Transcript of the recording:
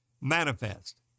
manifest